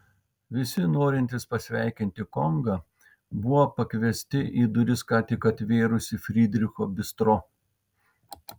visi norintys pasveikinti kongą buvo pakviesti į duris ką tik atvėrusį frydricho bistro